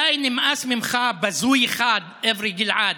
די, נמאס ממך, בזוי אחד, אברי גלעד.